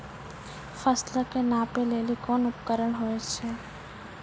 फसल कऽ नापै लेली कोन उपकरण होय छै?